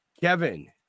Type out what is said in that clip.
Kevin